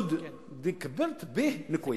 "אל-עוד די כברת, בה אנכווית".